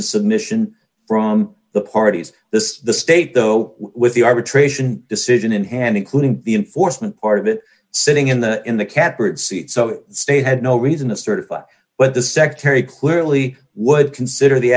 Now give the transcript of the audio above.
a submission from the parties this is the state though with the arbitration decision in hand including the enforcement part of it sitting in the in the catbird seat so state had no reason to certify but the secretary clearly would consider the